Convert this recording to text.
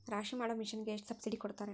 ರಾಶಿ ಮಾಡು ಮಿಷನ್ ಗೆ ಎಷ್ಟು ಸಬ್ಸಿಡಿ ಕೊಡ್ತಾರೆ?